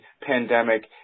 pandemic